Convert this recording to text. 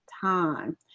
time